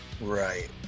Right